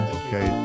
okay